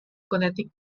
connecting